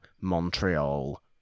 Montreal